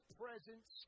presence